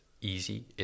easy